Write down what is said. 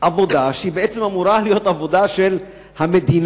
עבודה שהיא בעצם אמורה להיות עבודה של המדינה,